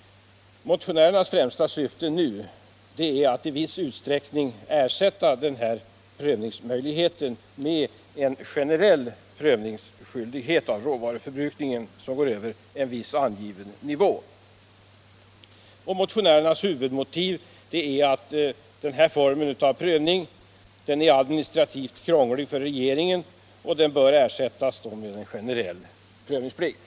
Motionärernas främsta syfte nu är att i viss utsträckning ersätta denna prövningsmöjlighet med en generell prövningsskyldighet för den råvaruförbrukning som går över en viss angiven nivå. Motionärernas huvudmotiv är att denna form av prövning är administrativt krånglig för regeringen och därför bör ersättas med en generell prövningsplikt.